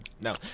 No